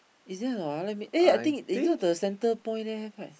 is there a not ah let me eh inside the Centerpoint there have right